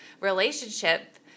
relationship